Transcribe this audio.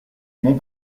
mon